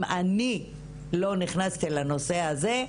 אם אני לא נכנסתי לנושא הזה,